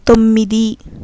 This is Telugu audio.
తొమ్మిది